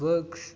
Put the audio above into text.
अक्ष्